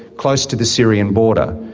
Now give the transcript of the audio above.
close to the syrian border,